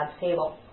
table